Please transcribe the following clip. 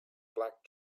black